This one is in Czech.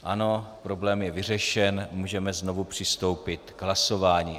Ano, problém je vyřešen a můžeme znovu přistoupit k hlasování.